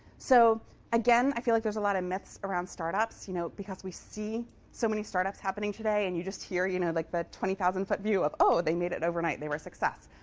so again, i feel like there's a lot of myths around startups, you know because we see so many startups happening today. and you just hear you know like the twenty thousand foot view of oh, they made it overnight. they were a success.